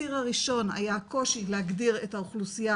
הציר הראשון היה קושי להגדיר את האוכלוסייה